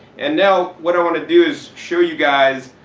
and now what i want to do is show you guys,